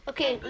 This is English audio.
Okay